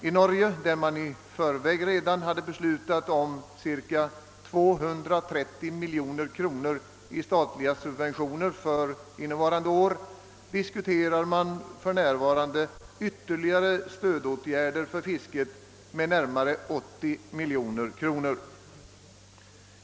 I Norge, där man redan i förväg hade beslutat om cirka 230 miljoner kronor i statliga subventioner för innevarande år, diskuterar man för närvarande ytterligare stödåtgärder för fisket med närmare 80 miljoner kronor.